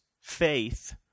faith